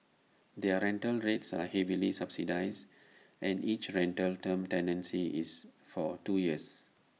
their rental rates are heavily subsidised and each rental term tenancy is for two years